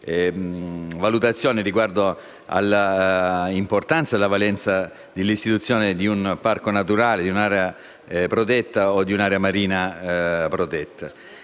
valutazione riguardo all'importanza e alla valenza dell'istituzione di un parco naturale, di un'area protetta o di un'area marina protetta